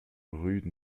rue